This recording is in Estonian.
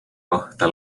kohta